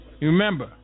remember